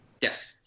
Yes